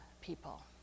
people